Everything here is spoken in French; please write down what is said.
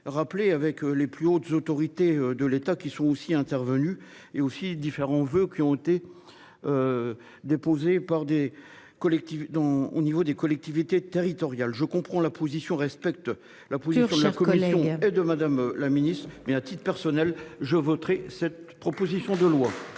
rappelés avec les plus hautes autorités de l'État qui sont aussi intervenu et aussi différents veut qui ont été. Déposées par des collectifs dans au niveau des collectivités territoriales, je comprends la position respecte la poussière sa coalition de Madame la Ministre mais à titre personnel, je voterai cette proposition de loi.